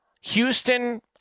Houston